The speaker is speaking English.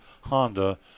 Honda